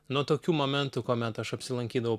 nu tokių momentų kuomet aš apsilankydavau